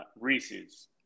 Reese's